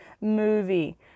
movie